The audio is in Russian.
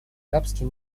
арабский